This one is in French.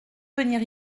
venir